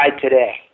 today